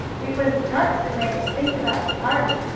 it was the tarts that made us think about the party,